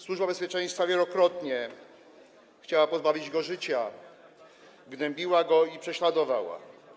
Służba Bezpieczeństwa wielokrotnie chciała pozbawić go życia, gnębiła go i prześladowała.